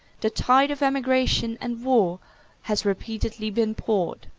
the tide of emigration and war has repeatedly been poured.